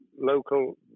local